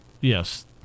Yes